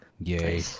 Yay